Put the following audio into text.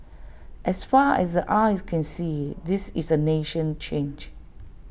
as far as the eyes can see this is A nation changed